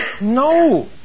No